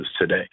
today